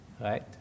right